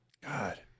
God